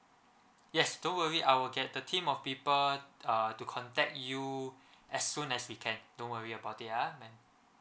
yes don't worry I will get the team of people uh to contact you as soon as we can don't worry about it ah mam